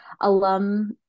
alum